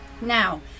Now